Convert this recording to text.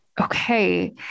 okay